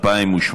34),